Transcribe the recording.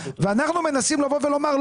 אנחנו מנסים לבוא ולומר,